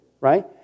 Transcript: Right